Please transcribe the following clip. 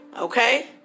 Okay